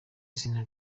izina